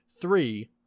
three